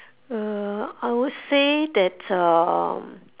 uh I would say that um